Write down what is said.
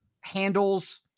handles